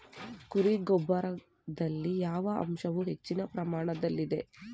ಕುರಿ ಗೊಬ್ಬರದಲ್ಲಿ ಯಾವ ಅಂಶವು ಹೆಚ್ಚಿನ ಪ್ರಮಾಣದಲ್ಲಿದೆ?